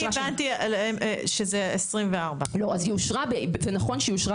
הבנתי שזה 2024. זה נכון שהיא אושרה